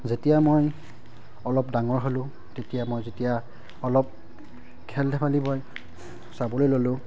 যেতিয়া মই অলপ ডাঙৰ হ'লোঁ তেতিয়া মই যেতিয়া অলপ খেল ধেমালিবোৰ চাবলৈ ল'লোঁ